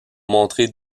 montrer